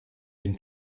den